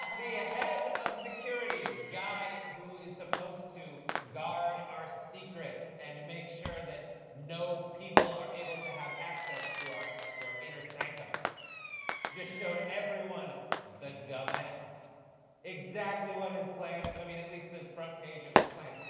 um the ah head of security, guy who is supposed to guard our secrets and make sure that no people are able to have access to our to our inner sanctum just showed everyone that dumb ass exactly what his plans or i mean at least the page of his plan.